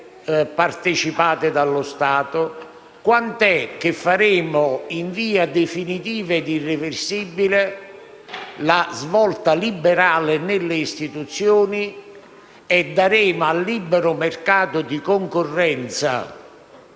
partecipate dallo Stato? Quando faremo, in via definitiva e irreversibile, la svolta liberale nelle istituzioni e daremo al libero mercato di concorrenza